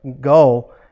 go